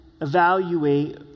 evaluate